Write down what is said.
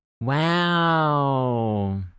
Wow